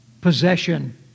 possession